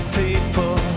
people